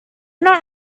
not